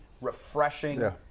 refreshing